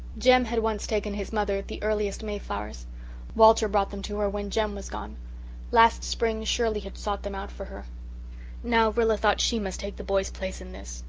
jem had once taken his mother the earliest mayflowers walter brought them to her when jem was gone last spring shirley had sought them out for her now, rilla thought she must take the boys' place in this.